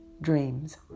dreams